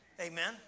Amen